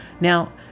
Now